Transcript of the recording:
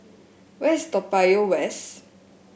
where is Toa Payoh West